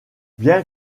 bien